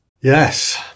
Yes